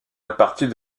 répartis